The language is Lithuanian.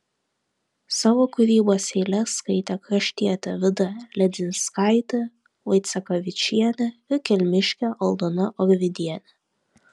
savo kūrybos eiles skaitė kraštietė vida ledzinskaitė vaicekavičienė ir kelmiškė aldona orvidienė